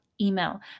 email